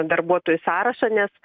darbuotojų sąrašą nes